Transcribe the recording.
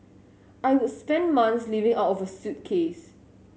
I would spend months living out of a suitcase